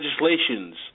legislations